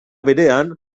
berean